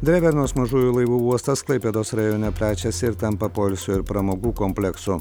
drevernos mažųjų laivų uostas klaipėdos rajone plečiasi ir tampa poilsio ir pramogų kompleksu